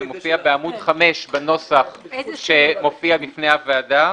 זה מופיע בעמוד 5 בנוסח שמופיע בפני הוועדה.